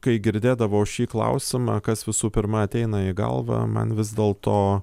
aš kai girdėdavau šį klausimą kas visų pirma ateina į galvą man vis dėl to